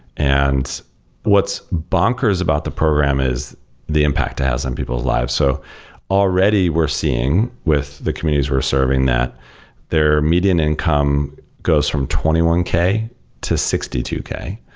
and what's bonkers about the program is the impact it has on people's lives. so already we're seeing with the communities we're serving that their median income goes from twenty one k to sixty two k.